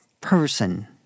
person